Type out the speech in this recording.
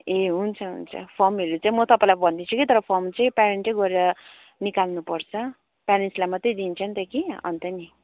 ए हुन्छ हुन्छ फर्महरू चाहिँ म तपाईँलाई भनिदिन्छु कि तर फर्म चाहिँ प्यारेन्टले गएर निकाल्नुपर्छ प्यारेन्ट्सलाई मात्रै दिन्छ नि त कि अन्त नि